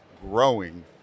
growing